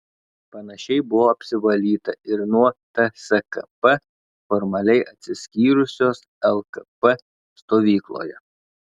panašiai buvo apsivalyta ir nuo tskp formaliai atsiskyrusios lkp stovykloje